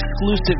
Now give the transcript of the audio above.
exclusive